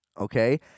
Okay